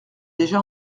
déjà